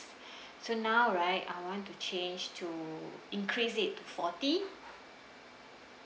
so now right I want to change to increase it forty